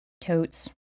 Totes